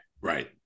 Right